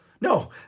no